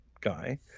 guy